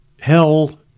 hell